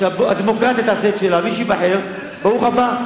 שהדמוקרטיה תעשה את שלה, ומי שייבחר ברוך הבא.